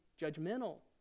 judgmental